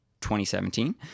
2017